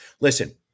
listen